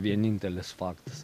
vienintelis faktas